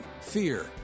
fear